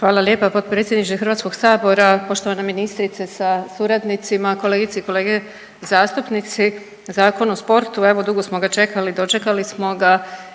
Hvala lijepa potpredsjedniče HS-a, poštovana ministrice sa suradnicima, kolegice i kolege zastupnici. Zakon o sportu, evo, dugo smo ga čekali, dočekali smo ga